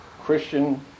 Christian